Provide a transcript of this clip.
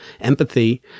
empathy